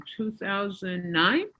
2009